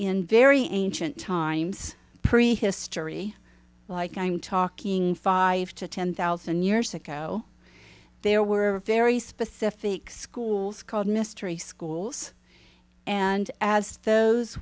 in very ancient times prehistory like i'm talking five to ten thousand years ago there were very specific schools called mystery schools and as those